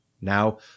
Now